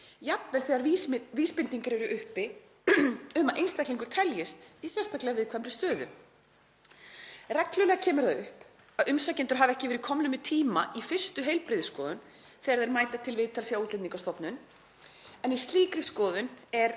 jafnvel þegar vísbendingar eru uppi um að einstaklingar teljist í sérstaklega viðkvæmri stöðu. Reglulega kemur það upp að umsækjendur hafa ekki verið komnir með tíma í fyrstu heilbrigðisskoðun þegar þeir mæta til viðtals hjá Útlendingastofnun en í slíkri skoðun er